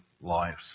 lives